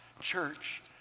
church